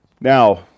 Now